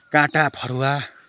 काँटा फरुवा